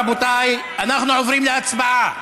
רבותיי, אנחנו עוברים להצבעה.